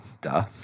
duh